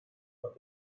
but